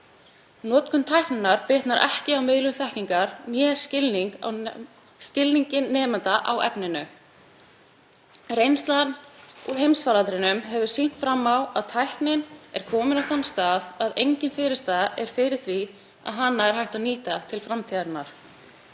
Notkun tækninnar bitnar ekki á miðlun þekkingar né skilningi nemenda á efninu. Reynslan úr heimsfaraldrinum hefur sýnt fram á að tæknin er komin á þann stað að engin fyrirstaða er fyrir því að hana sé hægt að nýta til framtíðarinnar,